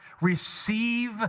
receive